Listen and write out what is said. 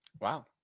Wow